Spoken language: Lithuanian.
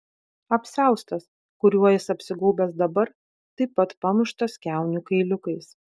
apsiaustas kuriuo jis apsigaubęs dabar taip pat pamuštas kiaunių kailiukais